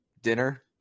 dinner